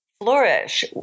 flourish